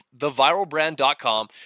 TheViralBrand.com